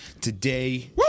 Today